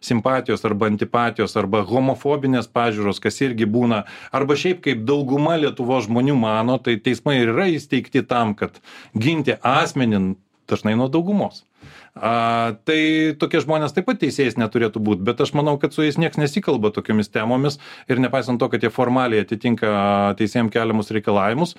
simpatijos arba antipatijos arba homofobinės pažiūros kas irgi būna arba šiaip kaip dauguma lietuvos žmonių mano tai teismai yra įsteigti tam kad ginti asmenį dažnai nuo daugumos a tai tokie žmonės taip pat teisėjais neturėtų būt bet aš manau kad su jais niekas nesikalba tokiomis temomis ir nepaisant to kad jie formaliai atitinka teisėjams keliamus reikalavimus